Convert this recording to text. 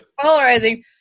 Polarizing